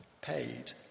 paid